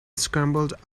scrambled